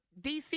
DC